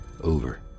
over